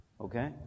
okay